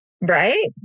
Right